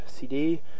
CD